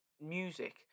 music